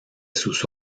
sus